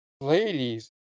Ladies